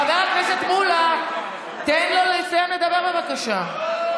חבר הכנסת מולא, תן לו לסיים לדבר, בבקשה.